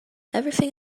everything